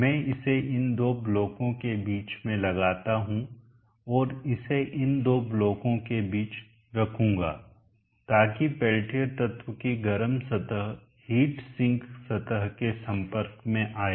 मैं इसे इन दो ब्लॉकों के बीच में लगाता हूं और इसे इन दो ब्लॉकों के बीच रखूँगा ताकि पेल्टियर तत्व की गर्म सतह हीट सिंक सतह के संपर्क में आए